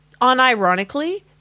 unironically